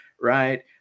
Right